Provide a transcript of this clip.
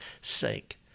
sake